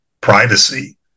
privacy